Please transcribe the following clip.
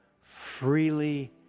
freely